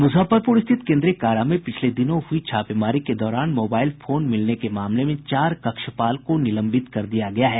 मुजफ्फरपुर स्थित केन्द्रीय कारा में पिछले दिनों हुई छापेमारी के दौरान मोबाईल फोन मिलने के मामले में चार कक्षपाल को निलंबित कर दिया गया है